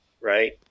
right